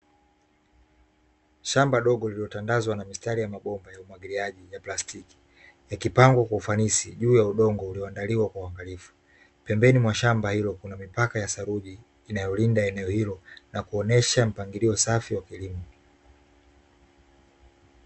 Shamba dogo lililotandazwa na mistari ya mabomba ya umwagiliaji ya plastiki iliyopangwa kwa ufanisi, juu ya udongo ulioandaliwa kwa uangalifu pembeni mwa shamba hilo kuna mipaka ya saluji inayolinda eneo hilo na kuonesha mpangilio safi wa kilimo.